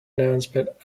announcement